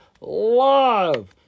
love